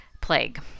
plague